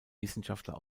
wissenschaftler